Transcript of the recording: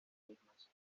mismas